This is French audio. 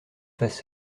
fasse